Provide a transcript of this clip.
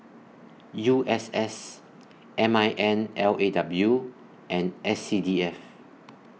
U S S M I N L A W and S C D F